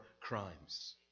crimes